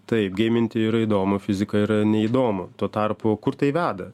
taip geiminti yra įdomu fizika yra neįdomu tuo tarpu kur tai veda